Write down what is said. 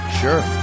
Sure